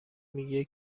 میگه